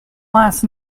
last